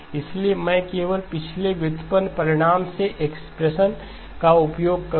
इसलिए मैं केवल पिछले व्युत्पन्न परिणाम से एक्सप्रेशनका उपयोग करूंगा